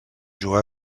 jugà